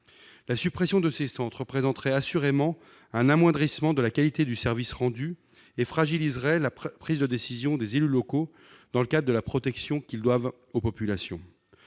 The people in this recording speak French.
La suppression de ces centres représenterait assurément un amoindrissement de la qualité du service rendu et fragiliserait la prise de décision des élus locaux dans le cadre de la protection des populations.